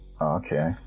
okay